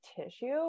tissue